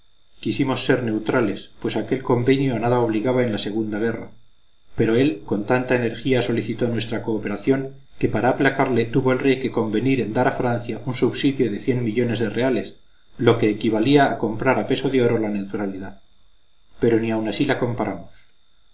quisimos ser neutrales pues aquel convenio a nada obligaba en la segunda guerra pero él con tanta energía solicitó nuestra cooperación que para aplacarle tuvo el rey que convenir en dar a francia un subsidio de cien millones de reales lo que equivalía a comprar a peso de oro la neutralidad pero ni aun así la compramos